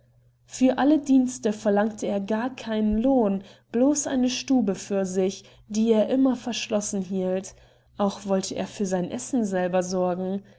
für alle dienste verlangte er gar keinen lohn bloß eine stube für sich die er immer verschlossen hielt auch wollte er für sein essen selber sorgen